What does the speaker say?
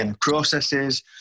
processes